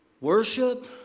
worship